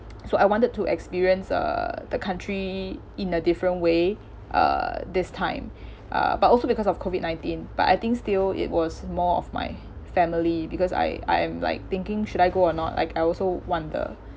so I wanted to experience uh the country in a different way uh this time uh but also because of COVID nineteen but I think still it was more of my family because I I am like thinking should I go or not like I also wonder